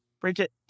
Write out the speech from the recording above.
Bridget